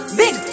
big